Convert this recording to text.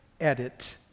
edit